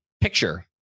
picture